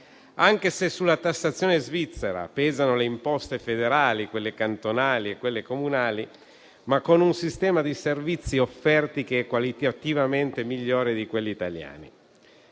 anche se sulla tassazione svizzera pesano le imposte federali, quelle cantonali e quelle comunali, ma con un sistema di servizi offerti qualitativamente migliore di quello italiano.